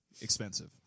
expensive